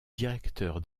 directeur